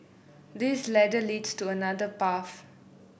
this ladder leads to another path